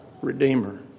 redeemer